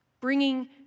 bringing